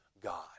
God